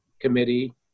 Committee